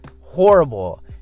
Horrible